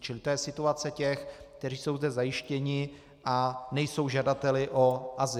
To je situace těch, kteří jsou zde zajištěni a nejsou žadateli o azyl.